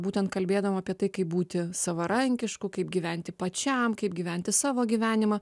būtent kalbėdavom apie tai kaip būti savarankišku kaip gyventi pačiam kaip gyventi savo gyvenimą